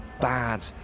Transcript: bad